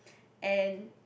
and